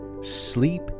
Sleep